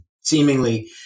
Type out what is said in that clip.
seemingly